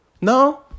No